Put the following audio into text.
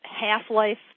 half-life